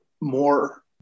more